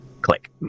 click